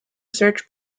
search